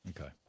Okay